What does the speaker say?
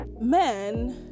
men